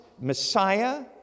Messiah